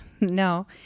no